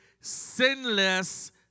sinless